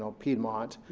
ah piedmont.